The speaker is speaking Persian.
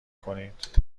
کنید